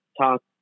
talk